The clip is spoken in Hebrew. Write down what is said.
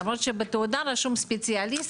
למרות שבתעודה רשום ספציאליסט,